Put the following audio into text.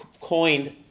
coined